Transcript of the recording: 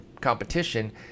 competition